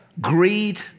greed